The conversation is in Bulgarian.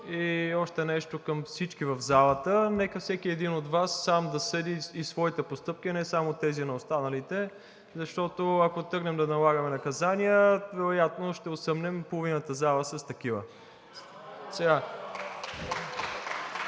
И още нещо към всички в залата: нека всеки един от Вас сам да съди и своите постъпки, а не само тези на останалите, защото, ако тръгнем да налагаме наказания, вероятно половината зала ще